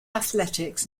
athletics